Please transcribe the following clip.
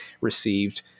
received